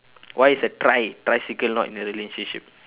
why is a tri~ tricycle not in a relationship